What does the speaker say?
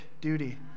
duty